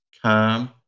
calm